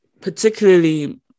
particularly